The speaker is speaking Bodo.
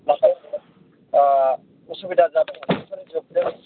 माखासे उसुबिदा जादोंमोन बेफोरो जोबदों